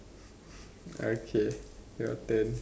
okay your turn